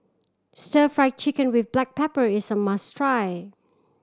Stir Fried Chicken with black pepper is a must try